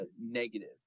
negative